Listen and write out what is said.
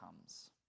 comes